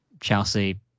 Chelsea